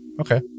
okay